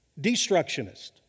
destructionist